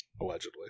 Allegedly